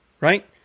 right